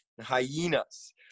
hyenas